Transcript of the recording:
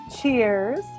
Cheers